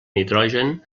nitrogen